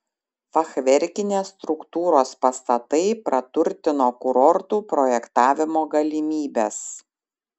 fachverkinės struktūros pastatai praturtino kurortų projektavimo galimybes